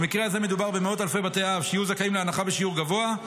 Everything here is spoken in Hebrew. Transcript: ובמקרה הזה מדובר במאות אלפי בתי אב שיהיו זכאים להנחה בשיעור גבוה.